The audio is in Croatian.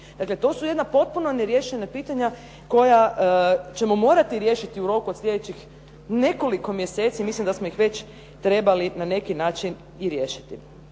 Dakle to su jedna potpuno neriješena pitanja koja ćemo morati riješiti u roku od sljedećih nekoliko mjeseci, mislim da smo ih već trebali na neki način i riješiti.